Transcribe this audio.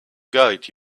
guide